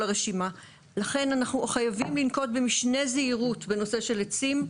לכן אנחנו חייבים לנקוט במשנה זהירות בנושא של עצים,